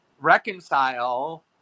reconcile